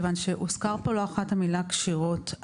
הוזכרה פה לא אחת המילה קשירות.